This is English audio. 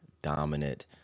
dominant